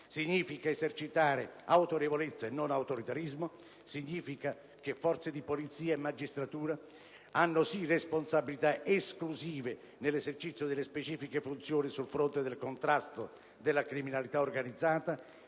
significa esercitare autorevolezza e non autoritarismo; significa che forze di polizia e magistratura hanno sì responsabilità esclusive nell'esercizio delle specifiche funzioni sul fronte del contrasto della criminalità organizzata,